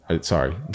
Sorry